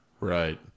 Right